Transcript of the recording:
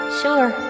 sure